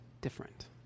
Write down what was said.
different